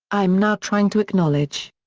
i am now trying to acknowledge.